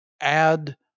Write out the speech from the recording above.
add